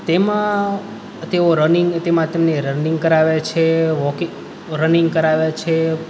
તેમાં તેઓ રનિંગ તેમાં તેમની રનિંગ કરાવે છે રનિંગ કરાવે છે